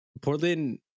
Portland